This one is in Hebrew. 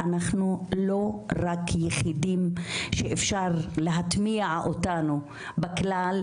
אנחנו לא רק יחידים שאפשר להטמיע אותנו בכלל,